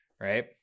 Right